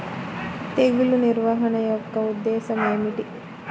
తెగులు నిర్వహణ యొక్క ఉద్దేశం ఏమిటి?